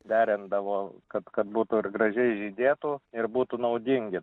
derindavo kad kad būtų ir gražiai žydėtų ir būtų naudingi